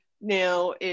now